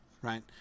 right